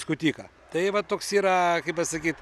skutiką tai va toks yra kaip pasakyt